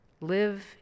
live